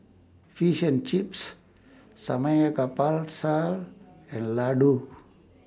Fish and Chips Samgeyopsal and Ladoo